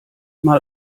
mal